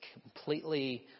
completely